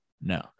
No